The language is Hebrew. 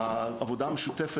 זה האומדן שלהם.